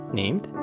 named